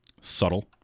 subtle